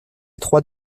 étroit